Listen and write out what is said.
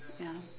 ya